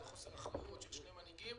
זה חוסר אחריות של שני המנהיגים